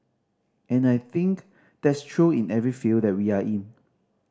and I think that's true in every field that we are in